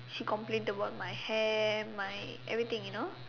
she complain about my hair my everything you know